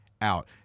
out